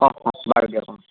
অঁ অঁ বাৰু দিয়ক অঁ